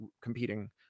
competing